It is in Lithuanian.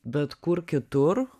bet kur kitur